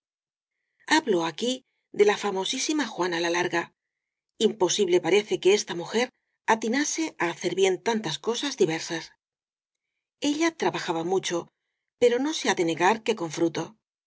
hablo aquí de la famosísima juana la larga im posible parece que esta mujer atinase á hacer bien tantas cosas diversas ella trabajaba mucho pero no se ha de negar que con fruto